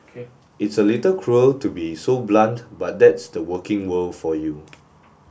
it's a little cruel to be so blunt but that's the working world for you